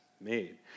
made